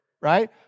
right